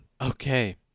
Okay